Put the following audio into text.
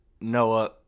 Noah